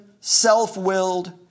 self-willed